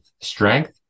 strength